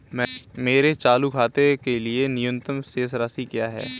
मेरे चालू खाते के लिए न्यूनतम शेष राशि क्या है?